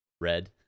red